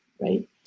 right